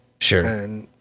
Sure